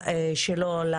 בהרצאה.